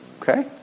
Okay